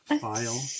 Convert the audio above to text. File